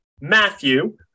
matthew